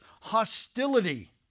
hostility